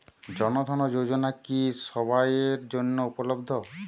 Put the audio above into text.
জন ধন যোজনা কি সবায়ের জন্য উপলব্ধ?